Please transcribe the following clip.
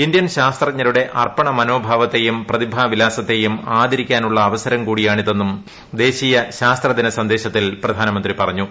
Indian ശാസ്ത്രജ്ഞരുടെ അർപ്പണമനോഭാവത്തേയും പ്രതിഭാവിലാസത്തെയും ആദരിക്കാനുള്ള അവസരം കൂടിയാണിതെന്നും ദേശീയ ശാസ്ത്രദിന സന്ദേശത്തിൽ പ്രധാനമന്ത്രി പറഞ്ഞു